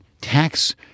tax